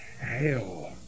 hell